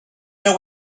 know